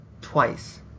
twice